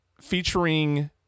featuring